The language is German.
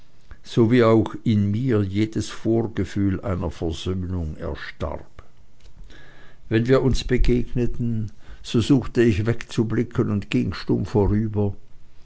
so wie auch in mir jedes vorgefühl einer versöhnung erstarb wenn wir uns begegneten so suchte ich wegzublicken und ging stumm vorüber